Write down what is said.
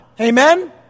Amen